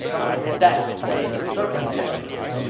i adapt with the circumstances.